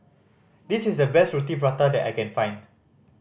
this is the best Roti Prata that I can find